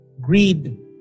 Greed